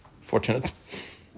fortunate